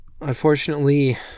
Unfortunately